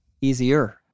easier